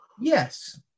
Yes